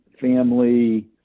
family